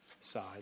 side